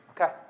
Okay